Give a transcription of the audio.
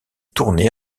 tournées